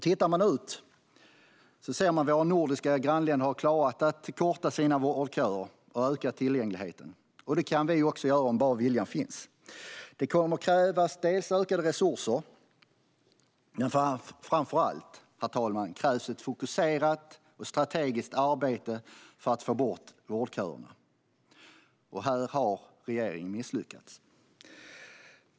Tittar man ut ser man hur våra nordiska grannländer har klarat att korta sina vårdköer och öka tillgängligheten. Det kan vi också göra, om bara viljan finns. Det kommer att krävas ökade resurser. Men framför allt, herr talman, krävs ett fokuserat och strategiskt arbete för att få bort vårdköerna. Här har regeringen misslyckats.